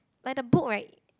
by the book right